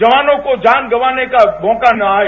जवानों को जान गंवाने का मौका न आए